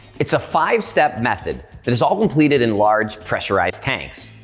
it's a five-step method that is all completed in large pressurized tanks.